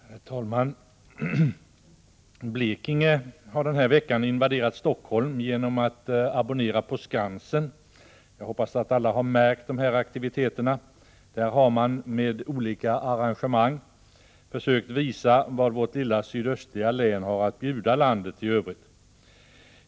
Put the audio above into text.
Herr talman! Blekinge har den här veckan invaderat Stockholm genom att abonnera på Skansen. Jag hoppas att alla har märkt de här aktiviteterna. Där har man med olika arrangemang försökt visa vad vårt lilla sydöstliga län har att bjuda landet i övrigt.